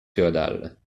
féodal